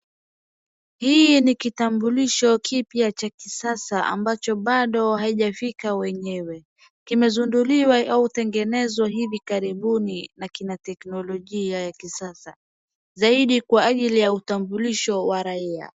Hii ni kitambulisho kipya cha kisasa ambacho bado haijafika wenyewe. Kimezinduliwa au kutegenezwa hivi karibuni na kina teknolojia ya kisasa. Zaidi kwa ajili ya utambulisho wa raia.